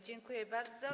Dziękuję bardzo.